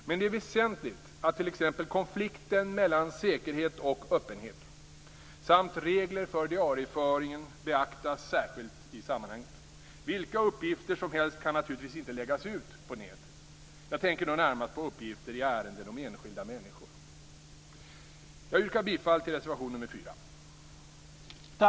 Men det är väsentligt att t.ex. konflikten mellan säkerhet och öppenhet samt regler för diarieföringen beaktas särskilt i sammanhanget. Vilka uppgifter som helst kan naturligtvis inte läggas ut på nätet. Jag tänker närmast på uppgifter i ärenden om enskilda människor. Jag yrkar bifall till reservation nr 4.